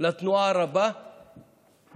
לתנועה רבה בכבישים